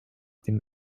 dem